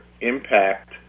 impact